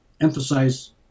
emphasize